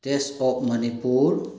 test of Manipur